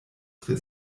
tre